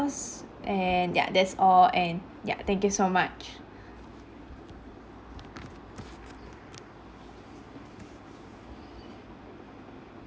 ~se and ya that's all and ya thank you so much